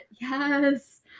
yes